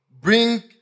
bring